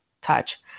touch